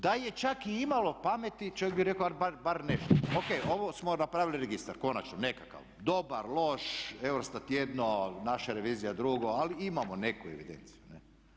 Da je čak i imalo pameti čovjek bi rekao ajde bar nešto, o.k. ovo smo napravili registar konačno nekakav, dobar, loš, EUROSTAT jedno, naša revizija drugo, ali imamo neku evidenciju, ne.